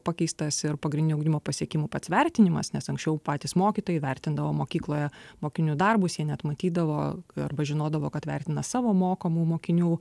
pakeistas ir pagrindinio ugdymo pasiekimų pats vertinimas nes anksčiau patys mokytojai vertindavo mokykloje mokinių darbus jie net matydavo arba žinodavo kad vertina savo mokomų mokinių